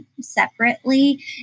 separately